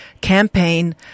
campaign